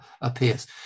appears